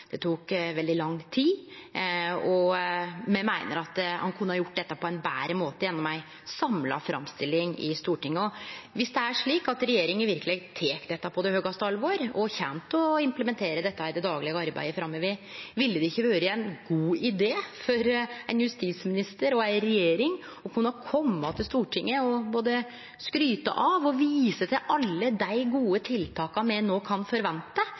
Det tok veldig lang tid, og me meiner at ein kunne gjort dette på ein betre måte gjennom ei samla framstilling i Stortinget. Viss det er slik at regjeringa verkeleg tek dette på største alvor og kjem til å implementere dette i det daglege arbeidet framover, ville det ikkje då vore ein god idé for ein justisminister og ei regjering å kunne kome til Stortinget og både skryte av og vise til alle dei gode tiltaka me no kan forvente